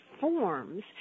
forms